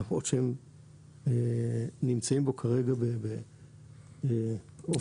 למרות שהם נמצאים בו כרגע באופן זמני.